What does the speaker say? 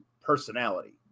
personality